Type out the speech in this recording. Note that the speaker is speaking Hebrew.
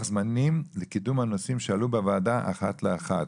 הוועדה מבקשת לוח זמנים לקידום הנושאים שעלו בוועדה אחת לאחת.